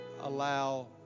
allow